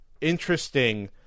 interesting